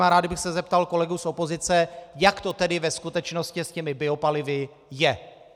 A rád bych se zeptal kolegů z opozice, jak to tedy ve skutečnosti s těmi biopalivy je.